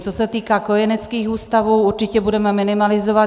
Co se týká kojeneckých ústavů, určitě budeme minimalizovat.